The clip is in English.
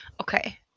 Okay